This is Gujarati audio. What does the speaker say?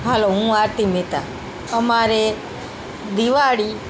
હાલો હું આરતી મહેતા અમારે દિવાળી